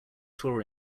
tour